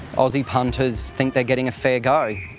aussie punters think they're getting a fair go.